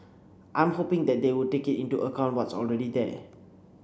I'm hoping that they would take into account what's already there